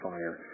Fire